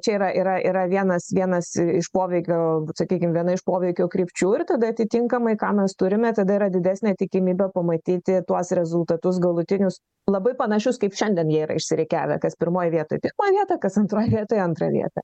čia yra yra yra vienas vienas iš poveikio sakykim viena iš poveikio krypčių ir tada atitinkamai ką mes turime tada yra didesnė tikimybė pamatyti tuos rezultatus galutinius labai panašius kaip šiandien jie yra išsirikiavę kas pirmoj vietoj pirmą vietą kas antroj vietoj antrą vietą